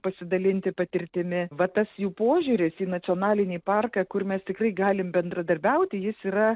pasidalinti patirtimi va tas jų požiūris į nacionalinį parką kur mes tikrai galim bendradarbiauti jis yra